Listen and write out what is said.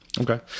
Okay